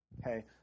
Okay